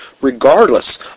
regardless